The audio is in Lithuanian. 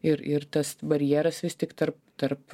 ir ir tas barjeras vis tik tarp tarp